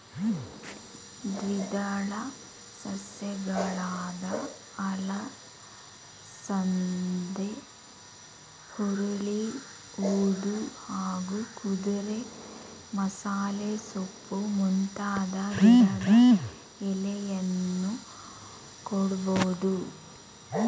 ದ್ವಿದಳ ಸಸ್ಯಗಳಾದ ಅಲಸಂದೆ ಹುರುಳಿ ಉದ್ದು ಹಾಗೂ ಕುದುರೆಮಸಾಲೆಸೊಪ್ಪು ಮುಂತಾದ ಗಿಡದ ಎಲೆಯನ್ನೂ ಕೊಡ್ಬೋದು